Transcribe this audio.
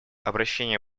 обращение